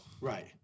Right